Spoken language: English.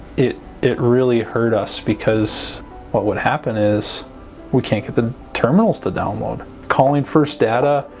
it it really hurt us because what would happen is we can't get the terminals to download calling first data